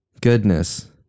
Goodness